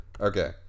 Okay